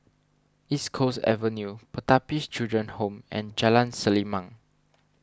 East Coast Avenue Pertapis Children Home and Jalan Selimang